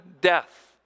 death